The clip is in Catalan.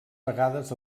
vegades